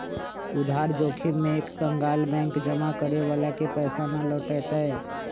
उधार जोखिम में एक कंकगाल बैंक जमा करे वाला के पैसा ना लौटय तय